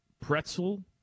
Pretzel